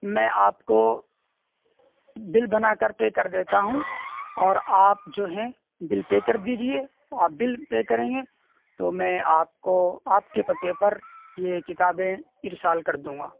میں آپ کو بل بنا کر پے کر دیتا ہوں اور آپ جو ہیں بل پے کر دیجیے آپ بل پے کریں گے تو میں آپ کو آپ کے پتے پر یہ کتابیں ارسال کر دوں گا